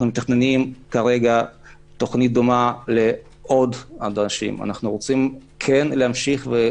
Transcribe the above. אנחנו מתכננים כרגע תוכנית דומה לעוד- -- אנחנו כן רוצים להמשיך בכך.